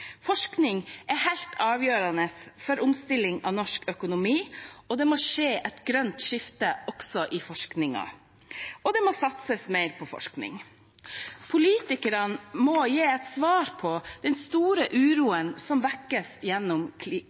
Forskning er helt avgjørende for omstilling av norsk økonomi, og det må skje et grønt skifte også i forskningen. Det må også satses mer på forskning. Politikerne må gi et svar på den store uroen som vekkes gjennom